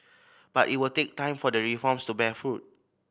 but it will take time for the reforms to bear fruit